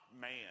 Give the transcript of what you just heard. man